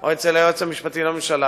זה הצבא של כולנו.